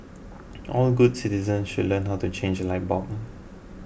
all good citizens should learn how to change a light bulb